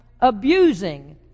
abusing